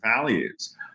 values